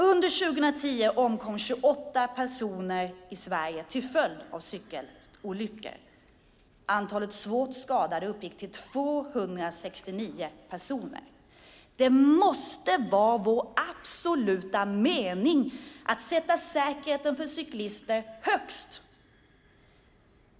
Under 2010 omkom 28 personer till följd av cykelolyckor. Antalet svårt skadade uppgick till 269 personer. Det måste vara vår absoluta mening att sätta säkerheten för cyklister högst.